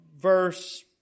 verse